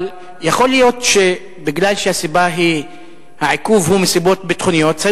אבל יכול להיות שמכיוון שהעיכוב הוא מסיבות ביטחוניות,